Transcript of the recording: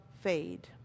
fade